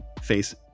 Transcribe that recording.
face